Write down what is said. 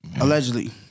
Allegedly